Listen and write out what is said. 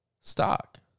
stock